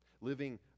Living